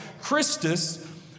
Christus